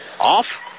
Off